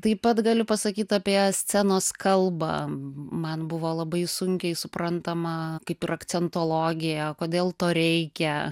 taip pat galiu pasakyt apie scenos kalbą man buvo labai sunkiai suprantama kaip ir akcentologija kodėl to reikia